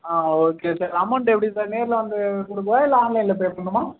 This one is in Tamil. ஆ ஓகே சார் அமௌண்ட்டு எப்படி சார் நேரில் வந்து கொடுக்கவா இல்லை ஆன்லைனில் பே பண்ணணுமா